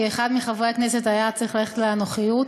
כי אחד מחברי הכנסת היה צריך ללכת לנוחיות.